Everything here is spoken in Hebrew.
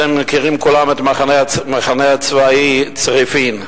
אתם מכירים כולם את המחנה הצבאי צריפין,